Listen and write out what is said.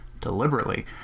deliberately